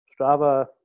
Strava